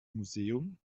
museum